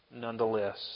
nonetheless